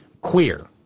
Queer